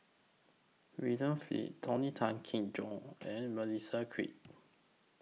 William Flint Tony Tan Keng Joo and Melissa Kwee